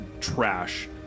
trash